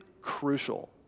crucial